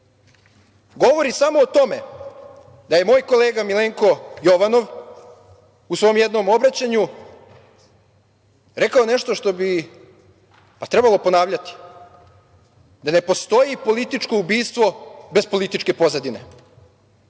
govori samo o tome da je moj kolega Milenko Jovanov u svom jednom obraćanju rekao nešto što bi trebalo ponavljati, da ne postoji politiko ubistvo bez političke pozadine. Dame